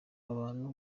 abantu